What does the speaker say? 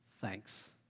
Thanks